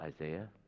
Isaiah